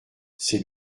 c’est